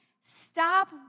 Stop